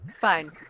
Fine